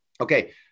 Okay